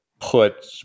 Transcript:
put